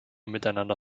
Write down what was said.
miteinander